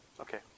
Okay